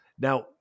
Now